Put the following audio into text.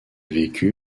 vécu